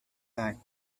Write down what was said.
time